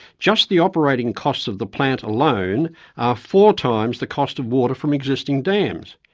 just the operating costs of the plant alone are four times the cost of water from existing dams.